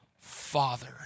father